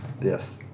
Yes